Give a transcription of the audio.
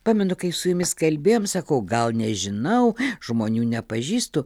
pamenu kai su jumis kalbėjom sakau gal nežinau žmonių nepažįstu